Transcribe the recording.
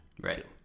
Right